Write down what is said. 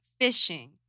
fishing